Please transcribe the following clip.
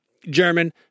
German